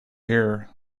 here